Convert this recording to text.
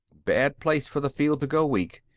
bad place for the field to go weak.